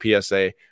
PSA